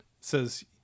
says